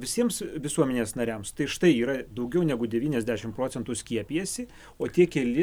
visiems visuomenės nariams tai štai yra daugiau negu devyniasdešimt procentų skiepijasi o tie keli